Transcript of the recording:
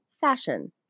fashion